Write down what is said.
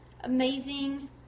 amazing